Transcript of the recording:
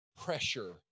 pressure